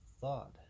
thought